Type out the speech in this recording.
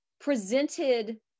presented